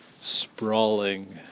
sprawling